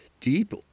deep